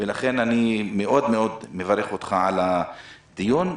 לכן, אני מאוד מאוד מברך אותך על הדיון.